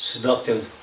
seductive